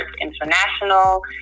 international